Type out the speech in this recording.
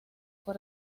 fue